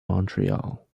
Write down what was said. montreal